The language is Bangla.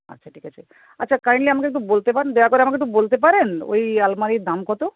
আচ্ছা ঠিক আছে আচ্ছা কাইন্ডলি আমাকে একটু বলতে পারেন দয়া করে আমাকে একটু বলতে পারেন ওই আলমারির দাম কত